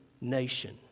nation